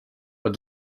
when